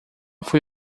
foi